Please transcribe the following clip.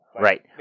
Right